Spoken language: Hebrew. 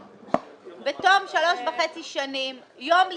וחצי, יום לפני,